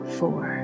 four